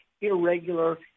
irregular